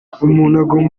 agomba